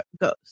goes